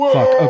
Fuck